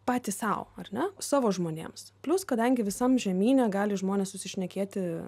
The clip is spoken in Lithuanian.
patys sau ar ne savo žmonėms plius kadangi visam žemyne gali žmonės susišnekėti